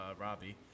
Robbie